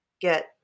get